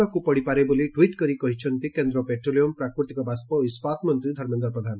କରିବାକୁ ପଡିପାରେ ବୋଲି ଟୁଇଟ୍ କରି କହିଛନ୍ତି କେନ୍ଦ୍ ପେଟ୍ରୋଲିୟମ ପ୍ରାକୃତିକବାଷ୍ସ ଓ ଇସାତମନ୍ତୀ ଧର୍ମେନ୍ଦ ପ୍ରଧାନ